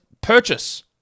purchase